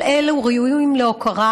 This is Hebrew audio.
כל אלו ראויים להוקרה,